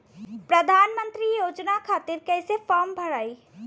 प्रधानमंत्री योजना खातिर कैसे फार्म भराई?